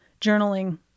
journaling